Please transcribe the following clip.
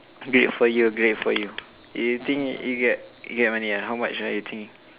great for you great for you you think you get you get money ah how much right you think